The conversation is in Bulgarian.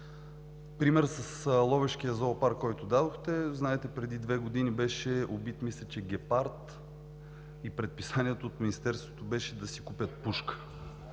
Примерът с Ловешкия зоопарк, който дадохте. Знаете, че преди две години беше убит, мисля, че ягуар, и предписанието от Министерството беше да си купят пушка.